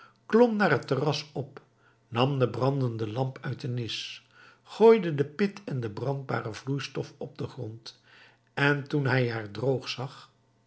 klom naar het terras op nam de brandende lamp uit de nis gooide de pit en de brandbare vloeistof op den grond en toen hij haar droog zag